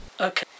Okay